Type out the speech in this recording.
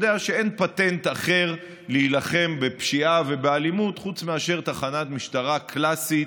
יודע שאין פטנט אחר להילחם בפשיעה ובאלימות חוץ מאשר תחנת משטרה קלאסית,